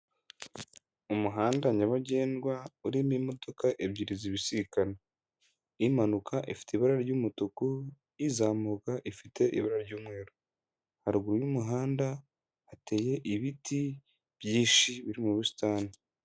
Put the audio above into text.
Umuhanda nyabagendwa urimo imodoka ebyiri zibisikana, imanuka ifite ibara ry'umutuku, izamuka ifite ibara ry'umweru, haruguru y'umuhanda hateye ibiti byinshi biri mu busitani.